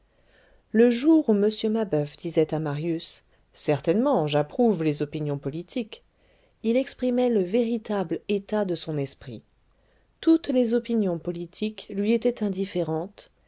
le jour où m mabeuf disait à marius certainement j'approuve les opinions politiques il exprimait le véritable état de son esprit toutes les opinions politiques lui étaient indifférentes